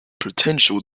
potential